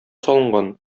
салынган